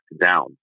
down